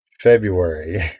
february